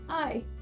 Hi